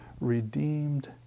redeemed